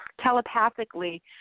telepathically